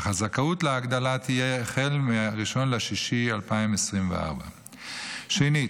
אך הזכאות להגדלה תהיה החל מ-1 ביוני 2024. שנית,